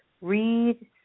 Read